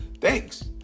Thanks